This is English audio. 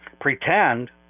pretend